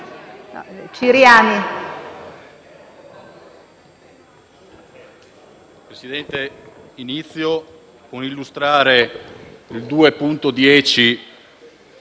Presidente, inizio con l'illustrare gli